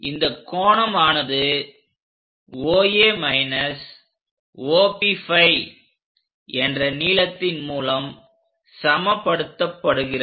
இந்த கோணம் ஆனது என்ற நீளத்தின் மூலம் சமபடுத்தப்படுகிறது